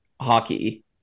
hockey